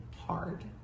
hard